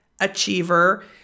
achiever